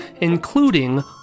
including